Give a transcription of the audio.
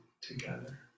together